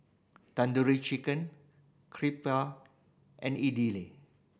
Tandoori Chicken Crepe and Idili